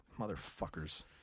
motherfuckers